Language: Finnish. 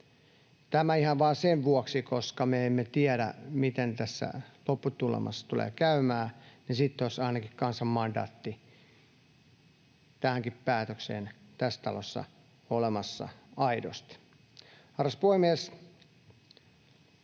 Tämä ihan vain sen vuoksi, että me emme tiedä, miten tässä lopputulemassa tulee käymään, niin sitten olisi ainakin kansan mandaatti tähänkin päätökseen tässä talossa olemassa aidosti. Arvoisa puhemies!